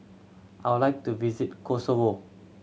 I would like to visit Kosovo